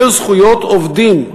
אלה זכויות עובדים.